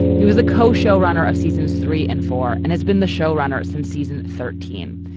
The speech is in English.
he was a co show runner of seasons three and four and has been the show runner since season thirteen.